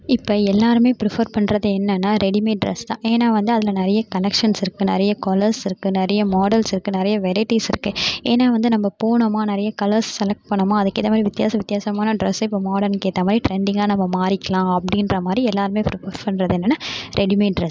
இப்போ எல்லாேருமே ப்ரிஃபர் பண்ணுறது என்னென்னால் ரெடிமேட் ட்ரெஸ் தான் ஏன்னால் வந்து அதில் நிறைய கலெக்ஷன்ஸ் இருக்குது நிறைய கலர்ஸ் இருக்குது நிறைய மாடல்ஸ் இருக்குது நிறைய வெரைட்டிஸ் இருக்குது ஏன்னால் வந்து நம்ம போனோமா நிறைய கலர்ஸ் செலக்ட் பண்ணிணோம்மா அதுக்கு ஏற்ற மாதிரி வித்தியாச வித்தியாசமான ட்ரெஸ்ஸு இப்போ மாடர்னுக்கு ஏற்ற மாதிரி ட்ரெண்டிங்காக நம்ம மாறிக்கலாம் அப்படின்ற மாதிரி எல்லாேருமே ப்ரிஃபர் பண்ணுறது என்னென்னால் ரெடிமேட் ட்ரெஸ்ஸு